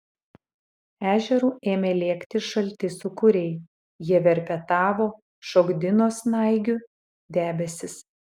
ežeru ėmė lėkti šalti sūkuriai jie verpetavo šokdino snaigių debesis